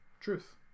truth